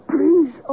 Please